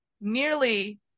nearly